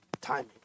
timing